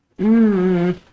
Mmm